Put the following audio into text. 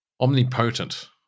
omnipotent